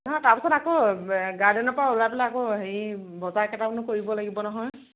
নহয় তাৰ পিছত আকৌ গাৰ্ডেনৰ পৰা ওলাই পেলাই আকৌ হেৰি বজাৰ কেইটামানো কৰিব লাগিব নহয়